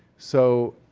so,